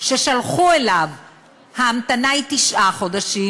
ששלחו אותו אליו ההמתנה היא תשעה חודשים,